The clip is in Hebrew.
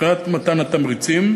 מבחינת מתן התמריצים,